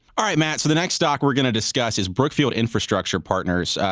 ah matt, so the next stock we're going to discuss is brookfield infrastructure partners.